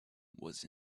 was